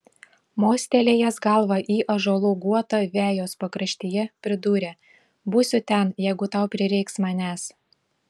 mostelėjęs galva į ąžuolų guotą vejos pakraštyje pridūrė būsiu ten jeigu tau prireiks manęs